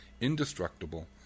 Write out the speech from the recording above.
indestructible